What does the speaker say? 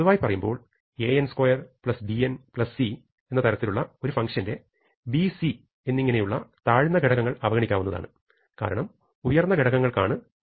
പൊതുവായി പറയുമ്പോൾ an2 bn c തരത്തിലുള്ള ഒരു ഫങ്ഷന്റെ b c എന്നിങ്ങനെയുള്ള താഴ്ന്നഘടകങ്ങൾ അവഗണിക്കാവുന്നതാണ് കാരണം ഉയർന്ന ഘടകങ്ങൾ ക്കാണ് ബലമുള്ളത്